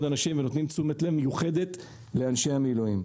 אנשים ונותנים תשומת לב מיוחדת לאנשי המילואים.